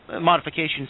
modifications